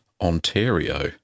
Ontario